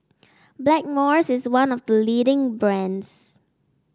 Blackmores is one of the leading brands